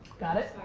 got it?